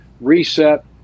reset